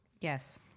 Yes